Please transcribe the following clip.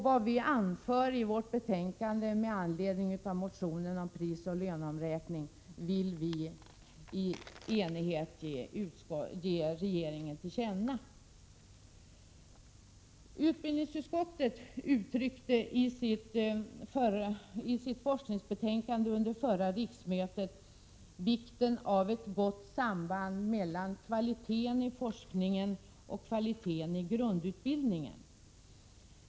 Vad vi anför i vårt betänkande med anledning av motionen om prisoch löneomräkning vill vi i enighet ge regeringen till känna. Utbildningsutskottet uttryckte i sitt forskningsbetänkande under förra riksmötet vikten av ett gott samband mellan kvalitet i forskningen och kvalitet i grundutbildningen.